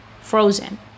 frozen